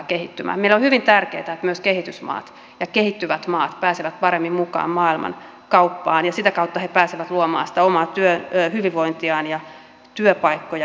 meille on hyvin tärkeätä että myös kehitysmaat ja kehittyvät maat pääsevät paremmin mukaan maailmankauppaan ja sitä kautta ne pääsevät luomaan sitä omaa hyvinvointiaan ja työpaikkoja ihmisille